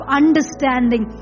understanding